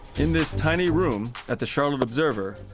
in this tiny room at the charlotte observer,